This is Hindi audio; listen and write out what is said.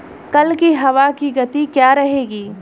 कल की हवा की गति क्या रहेगी?